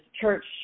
church